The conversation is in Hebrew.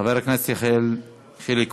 חבר הכנסת יחיאל חילק